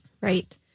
Right